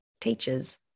teachers